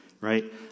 right